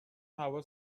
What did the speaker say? هوا